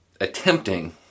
attempting